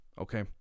okay